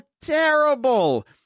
terrible